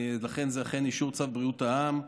זה אכן אישור צו בריאות העם,